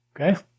okay